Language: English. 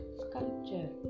sculpture